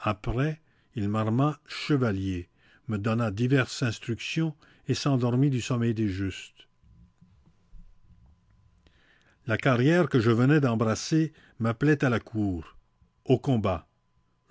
après il m'arma chevalier me donna diverses instructions et s'endormit du sommeil des justes la carrière que je venais d'embrasser m'appelait à la cour aux combats